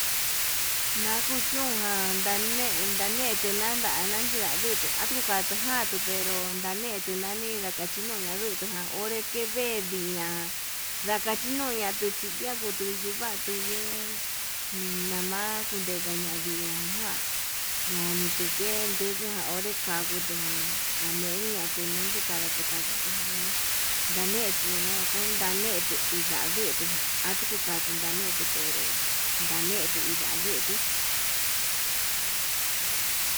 Nakuchún ján ndane ndane ndandana chida ndutuu atuu, jatuu jatuu pero ndaneto ndani ndakachi no yandutujan onré kevedii ña ndakachiñuna tuchí, yakutu nduvatu ye'é nama kundegaña ndiña kuan ndoni tukendu ndukujan onré kanguo, taa ndañeniya tuna'a chin kada kanga tudunu ndanetu nuu kundami nanetu ndanutu nda atukatu ndanutu pero, ndanetu inda ndutuu.